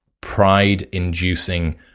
pride-inducing